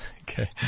Okay